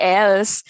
else